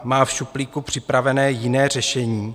Má v šuplíku připravené jiné řešení?